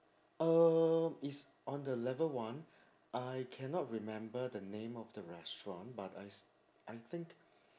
uh it's on the level one I cannot remember the name of the restaurant but I s~ I think